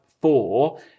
four